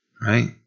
right